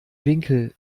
winkel